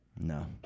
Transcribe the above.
No